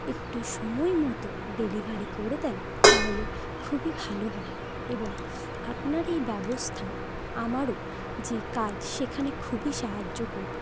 একটু সময় মতো ডেলিভারি করে দেন তাহলে খুবই ভালো হয় এবং আপনার এই ব্যবস্থা আমারও যে কাজ সেখানে খুবই সাহায্য করবে